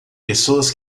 pessoas